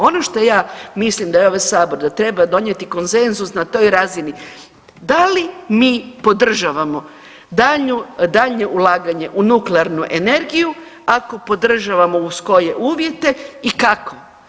Ono što ja mislim da je ovaj sabor da treba donijeti konsenzus na toj razini da li mi podržavamo daljnju, daljnje ulaganje u nuklearnu energiju, ako podržavamo uz koje uvjete i kako.